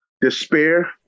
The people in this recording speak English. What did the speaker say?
despair